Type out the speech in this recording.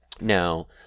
now